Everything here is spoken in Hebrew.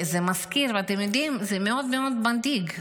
זה מזכיר, וזה מאוד מאוד מדאיג.